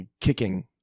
kicking